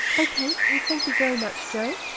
ok, well thank you very much joan.